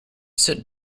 sit